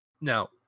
Now